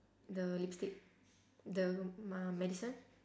the lipstick the me~ medicine